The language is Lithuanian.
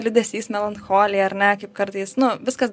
liūdesys melancholija ar ne kaip kartais nu viskas